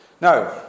Now